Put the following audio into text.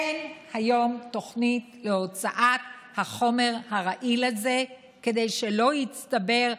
אין היום תוכנית להוצאת החומר הרעיל הזה כדי שלא יצטבר,